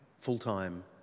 full-time